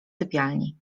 sypialni